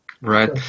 Right